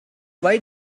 why